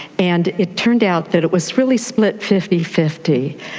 and it turned out that it was really split fifty fifty,